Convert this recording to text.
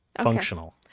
functional